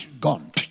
Gone